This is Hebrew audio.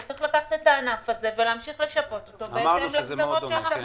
שצריך לקחת את הענף הזה ולהמשיך לשפות אותו בהתאם לגזירות שהם מחליטים.